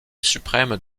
suprême